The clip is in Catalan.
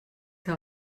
que